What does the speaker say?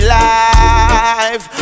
life